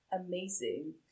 amazing